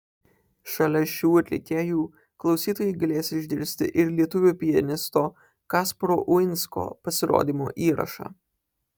šalia šių atlikėjų klausytojai galės išgirsti ir lietuvių pianisto kasparo uinsko pasirodymo įrašą